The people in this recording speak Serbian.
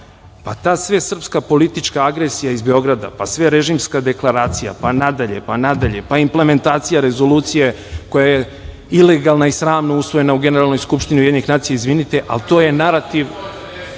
Pa ta svesrpska politička agresija iz Beograda, pa sverežimiska deklaracija, pa nadalje, pa nadalje, pa nadalje, pa implementacija rezolucije koja je ilegalno i sramno usvojena u Generalnoj skupštini Ujedinjenih nacija. Izvinite, ali to je narativ